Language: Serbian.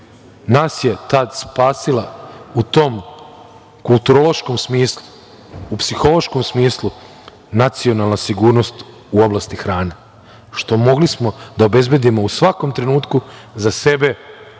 Nas je tada spasila u tom kulturološkom smislu, u psihološkom smislu, nacionalna sigurnost u oblasti hrane, što smo mogli da obezbedimo u svakom trenutku za sebe